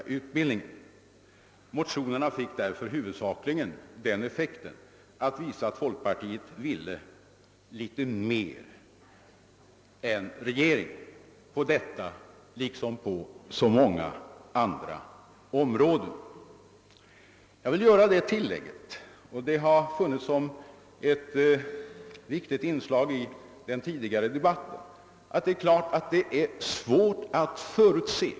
Motionerna fick därför huvudsakligen den effekten att visa, att folkpartiet ville något mer än regeringen på detta liksom på så många andra områden. Jag vill göra det tillägget, att det ingått som ett viktigt inslag i den tidigare debatten att det varit svårt att förutse utvecklingen på olika områden.